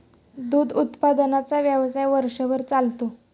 दूध उत्पादनाचा व्यवसाय वर्षभर चालतो